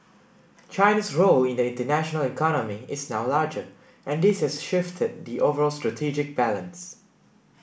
China's role in the international economy is now larger and this has shifted the overall strategic balance